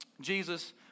Jesus